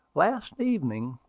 last evening,